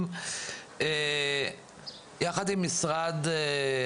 יחד עם זרוע